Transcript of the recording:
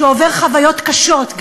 שעובר חוויות קשות,